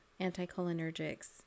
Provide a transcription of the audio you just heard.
anticholinergics